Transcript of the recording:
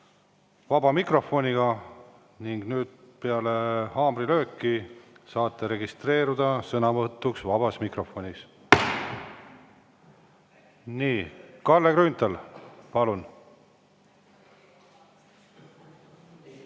vaba mikrofoni. Nüüd peale haamrilööki saate registreeruda sõnavõtuks vabas mikrofonis. Nii, Kalle Grünthal, palun!